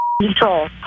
control